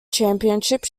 championships